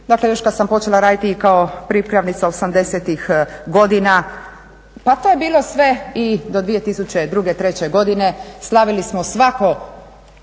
Dakle, još kad sam počela raditi i kao pripravnica osamdesetih godina, pa to je bilo sve i do 2002., treće godine slavili smo svako